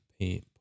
paint